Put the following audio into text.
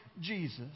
Jesus